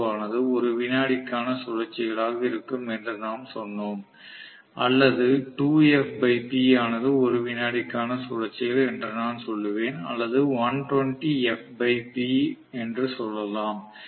ஆனது ஒரு வினாடிக்கான சுழற்சிகளாக இருக்கும் என்று நாம் சொன்னோம் அல்லது ஆனது ஒரு வினாடிக்கான சுழற்சிகள் என்று நான் சொல்லுவேன் அல்லது நான் என்று சொல்லலாம்